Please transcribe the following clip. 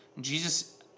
Jesus